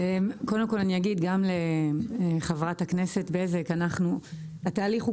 אני אומר גם לחברת הכנסת בזק שהתהליך הוא